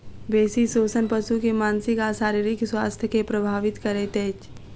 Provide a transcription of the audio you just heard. बेसी शोषण पशु के मानसिक आ शारीरिक स्वास्थ्य के प्रभावित करैत अछि